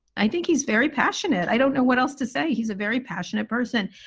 i think he's very passionate. i don't know what else to say. he's a very passionate person.